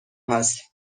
هست